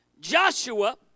Joshua